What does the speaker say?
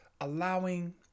allowing